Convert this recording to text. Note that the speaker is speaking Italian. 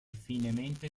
finemente